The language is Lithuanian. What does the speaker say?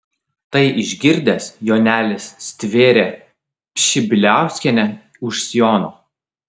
tai išgirdęs jonelis stvėrė pšibiliauskienę už sijono